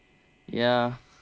ya